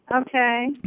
Okay